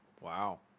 Wow